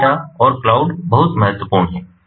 big data और cloud बहुत महत्वपूर्ण हैं